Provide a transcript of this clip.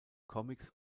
comics